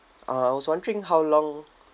uh I was wondering how long